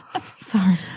Sorry